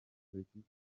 politiki